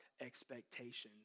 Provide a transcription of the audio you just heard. expectations